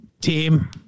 team